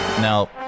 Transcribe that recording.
Now